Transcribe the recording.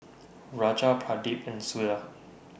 Raja Pradip and Suda